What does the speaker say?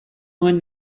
nuen